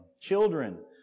Children